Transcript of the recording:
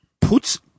puts